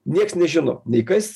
nieks nežino nei kas